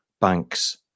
banks